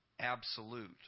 absolute